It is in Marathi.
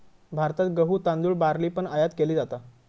भारतात गहु, तांदुळ, बार्ली पण आयात केली जाता